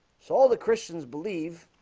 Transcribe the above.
so all the christians believe